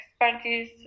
expertise